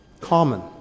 common